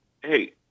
hey